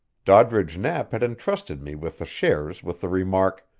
doddridge knapp had intrusted me with the shares with the remark,